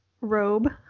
robe